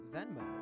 Venmo